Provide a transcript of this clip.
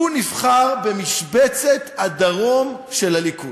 הוא נבחר במשבצת הדרום של הליכוד,